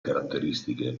caratteristiche